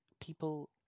people